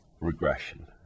regression